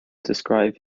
describe